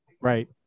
right